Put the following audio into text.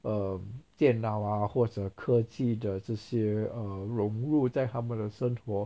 um 电脑啊或者科技的这这些 err 融入在他们的生活